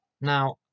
Now